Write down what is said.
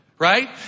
Right